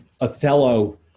Othello